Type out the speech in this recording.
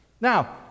Now